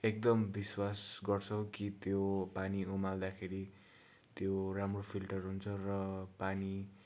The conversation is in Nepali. एकदम विश्वास गर्छौँ कि त्यो पानी उमाल्दाखेरि त्यो राम्रो फिल्टर हुन्छ र पानी